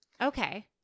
Okay